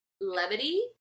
levity